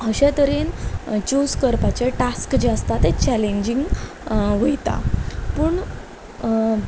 अश्या तरेन चूज करपाचे टास्क जे आसता ते चॅलेंजींग वयता पूण